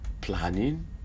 planning